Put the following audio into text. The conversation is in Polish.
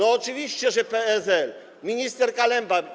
Oczywiście, że PSL, minister Kalemba.